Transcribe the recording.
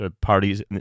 parties